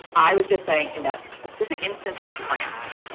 i was just saying in that specific instance in france,